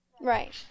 Right